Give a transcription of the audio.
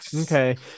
Okay